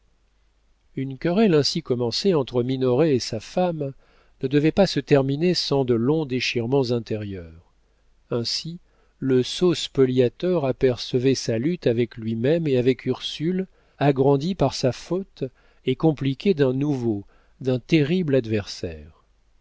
une querelle ainsi commencée entre minoret et sa femme ne devait pas se terminer sans de longs déchirements intérieurs ainsi le sot spoliateur apercevait sa lutte avec lui-même et avec ursule agrandie par sa faute et compliquée d'un nouveau d'un terrible adversaire